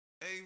Hey